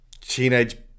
teenage